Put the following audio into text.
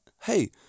Hey